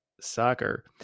soccer